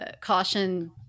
Caution